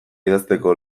idazteko